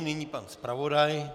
Nyní pan zpravodaj.